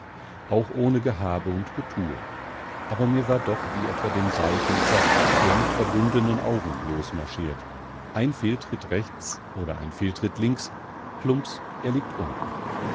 auch ohne gehabe und getue aber mir war doch wie etwa dem seiltänzer der mit verbundenen augen losmarschiert ein fehltritt rechts oder ein fehltritt links plumps er liegt unten